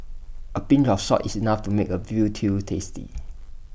A pinch of salt is enough to make A Veal Stew tasty